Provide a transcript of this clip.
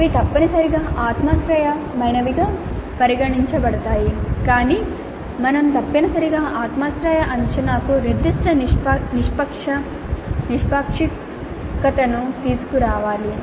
ఇవి తప్పనిసరిగా ఆత్మాశ్రయమైనవిగా పరిగణించబడతాయి కాని మనం తప్పనిసరిగా ఆత్మాశ్రయ అంచనాకు నిర్దిష్ట నిష్పాక్షికతనకు తీసుకురావాలి